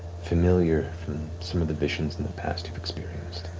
familiar from some of the visions in the past you've experienced.